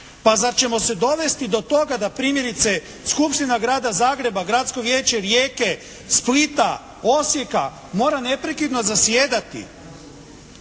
Pa zar ćemo se dovesti do toga da primjerice Skupština grada Zagreba, Gradsko vijeće Rijeke, Splita, Osijeka mora neprekidno zasjedati?